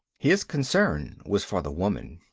his concern was for the woman.